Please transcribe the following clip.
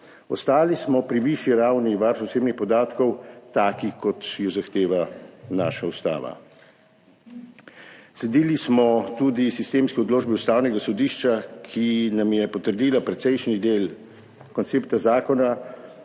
Ostali smo pri višji ravni varstva osebnih podatkov, taki, kot jo zahteva naša Ustava. Sledili smo tudi sistemski odločbi Ustavnega sodišča, ki nam je potrdilo precejšen del koncepta zakona,